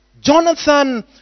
Jonathan